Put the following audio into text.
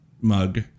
mug